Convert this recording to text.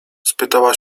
spytała